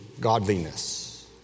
godliness